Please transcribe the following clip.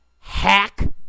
hack